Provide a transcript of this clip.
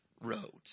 wrote